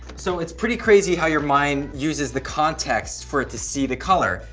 so it's pretty crazy how your mind uses the context for it to see the color.